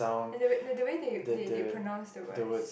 the the way that they they pronouns the words